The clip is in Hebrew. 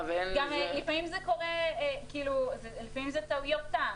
גם לפעמים זה טעויות סתם.